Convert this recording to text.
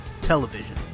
television